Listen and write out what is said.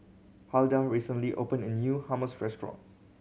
Huldah recently opened a new Hummus Restaurant